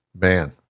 Man